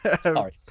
Sorry